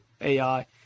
AI